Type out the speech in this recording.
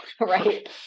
right